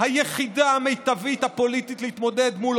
הפוליטית היחידה המיטבית להתמודד מול